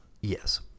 Yes